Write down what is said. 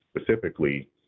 specifically